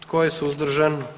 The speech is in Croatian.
Tko je suzdržan?